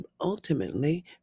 ultimately